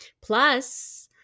Plus